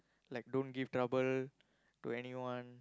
like don't give trouble to anyone